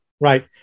Right